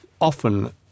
often